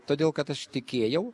todėl kad aš tikėjau